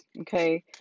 Okay